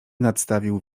nadstawił